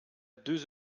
deux